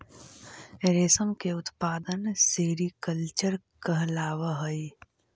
रेशम के उत्पादन सेरीकल्चर कहलावऽ हइ